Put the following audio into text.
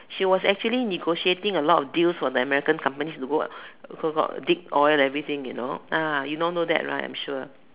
he was actually negotiating a lot of deals for the American companies to go to so called dig oil everything you know ah you don't know that right I'm sure